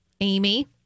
Amy